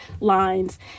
lines